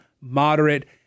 moderate